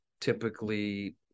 typically